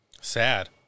Sad